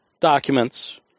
documents